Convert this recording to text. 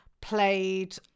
played